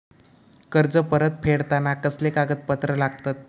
कर्ज परत फेडताना कसले कागदपत्र लागतत?